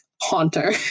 Haunter